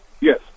Yes